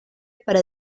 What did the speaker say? para